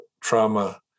trauma